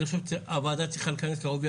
אני חושב שהוועדה צריכה להיכנס לעובי